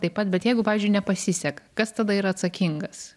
taip pat bet jeigu pavyzdžiui nepasiseka kas tada yra atsakingas